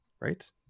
Right